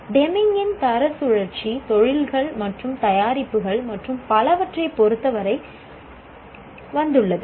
டெமிங்கின் தர சுழற்சி தொழில்கள் மற்றும் தயாரிப்புகள் மற்றும் பலவற்றைப் பொறுத்தவரை வந்துள்ளது